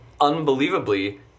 unbelievably